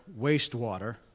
wastewater